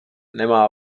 nemá